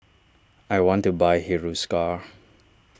I want to buy Hiruscar